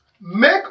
make